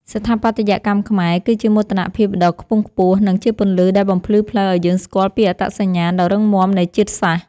ស្ថាបត្យកម្មខ្មែរគឺជាមោទនភាពដ៏ខ្ពង់ខ្ពស់ និង ជាពន្លឺដែលបំភ្លឺផ្លូវឱ្យយើងស្គាល់ពីអត្តសញ្ញាណដ៏រឹងមាំនៃជាតិសាសន៍។